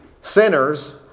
sinners